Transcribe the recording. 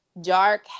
dark